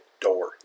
door